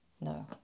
No